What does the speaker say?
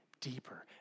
deeper